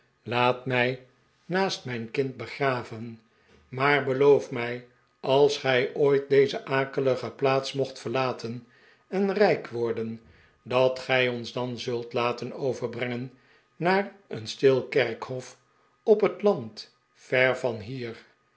laat mij naast mijn kind begraven maar beloof mij als gij ooit deze akelige plaats mocht verlaten en rijk worden dat gij ons dan zult laten overbrengen naar een stil kerkhof op het land ver ver van hier